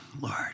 Lord